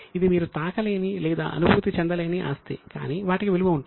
ఇది మీరు తాకలేని లేదా అనుభూతి చెందలేని ఆస్తి కానీ వాటికి విలువ ఉంటుంది